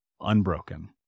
unbroken